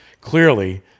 clearly